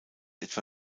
etwa